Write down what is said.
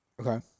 Okay